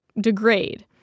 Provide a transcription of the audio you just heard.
degrade